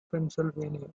pennsylvania